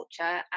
culture